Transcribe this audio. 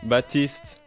Baptiste